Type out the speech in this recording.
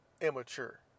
immature